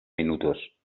minutos